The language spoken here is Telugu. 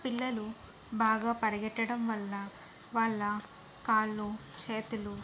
పిల్లలు బాగా పరిగెత్తడం వల్ల వాళ్ళ కాళ్ళు చేతులు